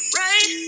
right